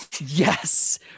Yes